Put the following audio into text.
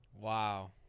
Wow